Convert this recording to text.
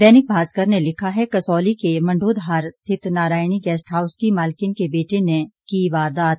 दैनिक भास्कर ने लिखा है कसौली के मंडोधार स्थित नारायणी गेस्ट हाउस की मालकिन के बेटे ने की वारदात